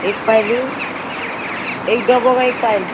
एक पायलू एक डबो काय पायल